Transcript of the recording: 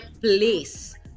place